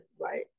right